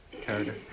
Character